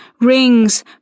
rings